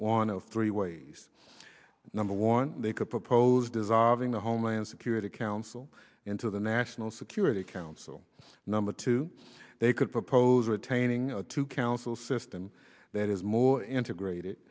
one of three ways number one they could propose dissolving the homeland security council into the national security council number two they could propose retaining two council system that is more integrated